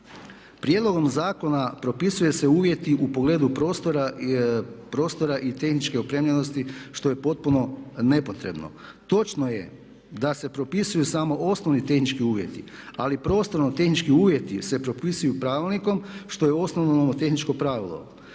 prijedlogom zakona propisuju se uvjeti u pogledu prostora i tehničke opremljenosti što je potpuno nepotrebno. Točno je da se propisuju samo osnovni tehnički uvjeti, ali prostorno tehnički uvjeti se propisuju pravilnikom što je osnovno nomotehničko pravilo.